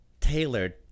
tailored